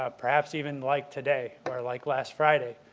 ah perhaps even like today, or like last friday,